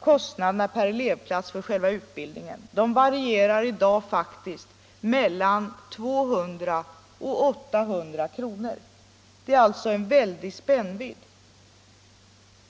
kostnaderna per elevplats för själva utbildningen. Dessa kostnader varierar i dag mellan 200 och 800 kr. ; där finns alltså en väldig spännvidd.